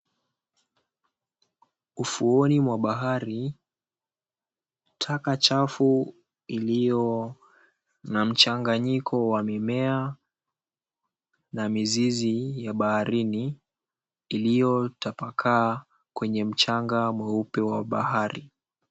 Ufuoni mwa bahari taka chafu iliyo na mchanganyiko wa mimea na mizizi ya baharini iliyotapakaa kwenye mchanga mweupe wa bahari.